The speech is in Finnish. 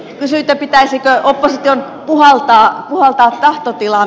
kysyittekö pitäisikö opposition puhaltaa tahtotila